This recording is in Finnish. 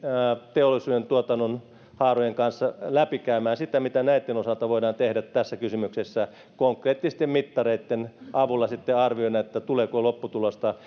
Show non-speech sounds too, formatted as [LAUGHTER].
teollisuuden tuotannonhaarojen kanssa siinä että läpikäydään sitä mitä näitten osalta voidaan tehdä tässä kysymyksessä konkreettisten mittareitten avulla sitten arvioidaan tuleeko lopputulosta [UNINTELLIGIBLE]